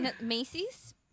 Macy's